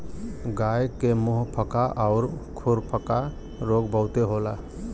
गाय के मुंहपका आउर खुरपका रोग बहुते होला